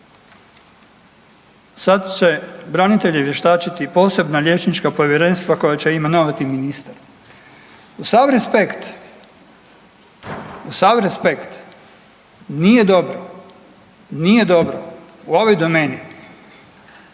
sad će branitelje vještačiti posebna liječnička povjerenstva koja će imenovati ministar. Uz sav respekt, uz sav respekt